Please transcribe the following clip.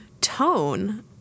tone